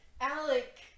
Alec